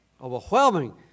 overwhelming